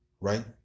right